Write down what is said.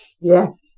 Yes